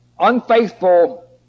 unfaithful